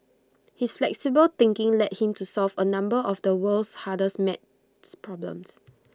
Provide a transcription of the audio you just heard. his flexible thinking led him to solve A number of the world's hardest math problems